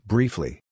Briefly